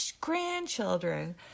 grandchildren